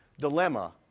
dilemma